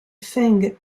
feng